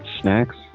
Snacks